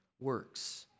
works